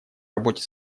работе